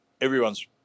everyone's